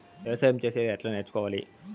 వ్యవసాయం చేసేది ఎట్లా నేర్చుకోవాలి?